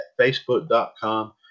facebook.com